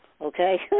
okay